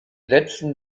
letzten